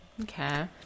Okay